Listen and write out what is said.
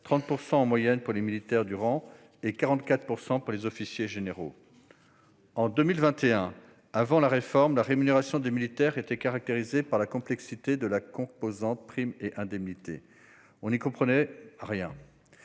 30 % en moyenne pour les militaires du rang et 44 % pour les officiers généraux. En 2021, avant la réforme, la rémunération des militaires était caractérisée par la complexité de la composante « primes et indemnités ». On n'y comprenait rien.